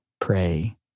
pray